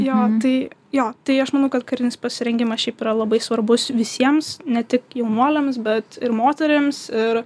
jo tai jo tai aš manau kad karinis pasirengimas šiaip yra labai svarbus visiems ne tik jaunuoliams bet ir moterims ir